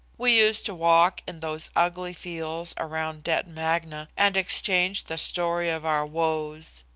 we used to walk in those ugly fields around detton magna and exchanged the story of our woes.